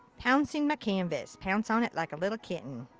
pouncing my canvas. pounce on it like a little kitten.